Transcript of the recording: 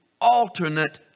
alternate